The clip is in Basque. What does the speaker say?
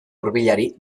hurbilari